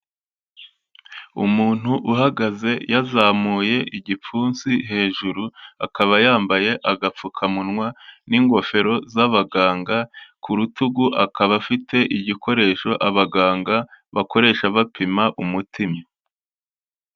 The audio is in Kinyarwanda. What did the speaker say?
Umuntu uhagaze yazamuye igipfunsi hejuru, akaba yambaye agapfukamunwa n'ingofero z'abaganga ku rutugu akaba afite igikoresho abaganga bakoresha bapima umutima.